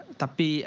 tapi